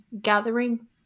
gathering